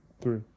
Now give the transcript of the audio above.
three